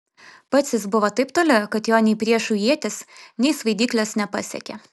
pats jis buvo taip toli kad jo nei priešų ietys nei svaidyklės nepasiekė